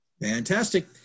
Fantastic